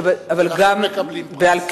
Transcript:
אבל גם מקבלים פרס.